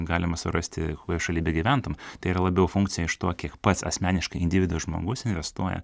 galima surasti kurioj šaly begyventum tai yra labiau funkcija iš to kiek pats asmeniškai individas žmogus investuoja